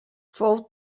fou